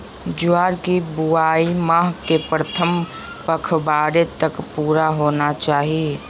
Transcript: ज्वार की बुआई माह के प्रथम पखवाड़े तक पूरा होना चाही